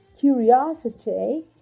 curiosity